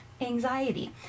anxiety